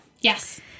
Yes